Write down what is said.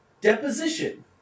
deposition